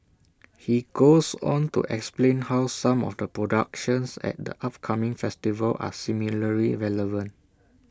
he goes on to explain how some of the productions at the upcoming festival are similarly relevant